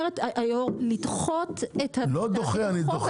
הצעת חוק התחרות הכלכלית (איסור פגיעה